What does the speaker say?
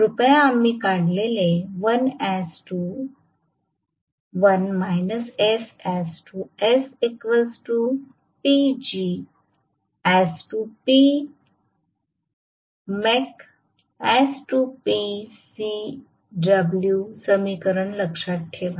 कृपया आम्ही काढलेले समीकरण लक्षात ठेवा